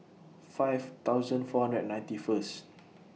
five thousand four hundred and ninety First